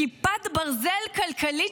כיפת ברזל כלכלית,